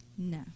No